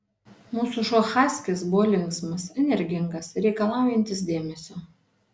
mūsų šuo haskis buvo linksmas energingas reikalaujantis dėmesio